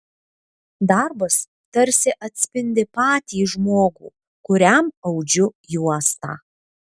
darbas tarsi atspindi patį žmogų kuriam audžiu juostą